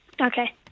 Okay